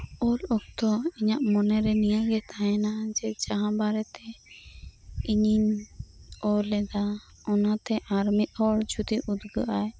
ᱚᱞ ᱚᱠᱛᱚ ᱤᱧᱟᱹᱜ ᱢᱚᱱᱮᱨᱮ ᱱᱤᱭᱟᱹᱜᱤ ᱛᱟᱦᱮᱱᱟ ᱡᱮ ᱡᱟᱦᱟᱸ ᱵᱟᱨᱮᱛᱮ ᱤᱧᱤᱧ ᱚᱞ ᱮᱫᱟ ᱚᱱᱟᱛᱮ ᱟᱨᱢᱤᱫ ᱦᱚᱲ ᱡᱚᱫᱤ ᱩᱫᱽᱜᱟᱹᱜᱼᱟᱭ